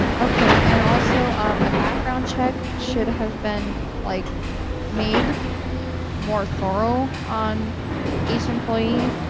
okay, and also a background check should have been like made more thorough on each employee.